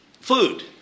Food